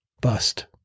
Bust